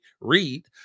read